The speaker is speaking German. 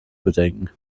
bedenken